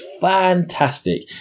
fantastic